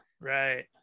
Right